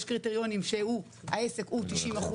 יש קריטריונים שהעסק הוא 90%,